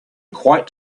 quite